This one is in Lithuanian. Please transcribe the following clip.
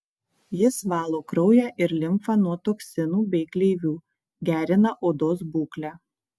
jis valo kraują ir limfą nuo toksinų bei gleivių gerina odos būklę